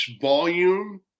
volume